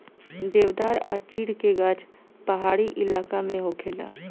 देवदार आ चीड़ के गाछ पहाड़ी इलाका में होखेला